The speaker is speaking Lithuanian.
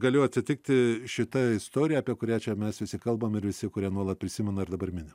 galėjo atsitikti šita istorija apie kurią čia mes visi kalbam ir visi kurie nuolat prisimena ir dabar mini